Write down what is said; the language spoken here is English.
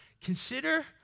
Consider